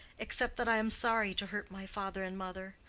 except that i am sorry to hurt my father and mother.